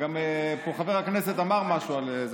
וגם חבר הכנסת פה אמר משהו על זה.